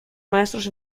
maestros